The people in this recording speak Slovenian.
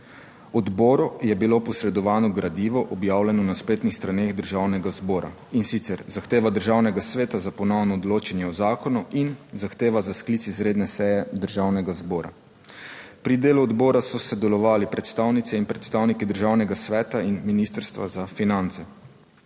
Odboru je bilo posredovano gradivo objavljeno na spletnih straneh Državnega zbora in sicer: Zahteva Državnega sveta za ponovno odločanje o zakonu in zahteva za sklic izredne seje Državnega zbora. Pri delu odbora so sodelovali predstavnice in predstavniki Državnega sveta in Ministrstva za finance.